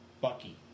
Bucky